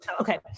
okay